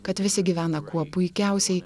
kad visi gyvena kuo puikiausiai